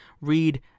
read